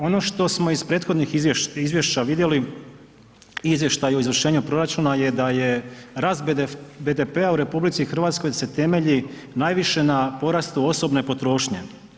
Ono što smo iz prethodnih izvješća vidjeli, izvještaj o izvršenju proračuna je da je rast BDP-a u RH da se temelji najviše na porastu osobne potrošnje.